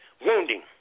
wounding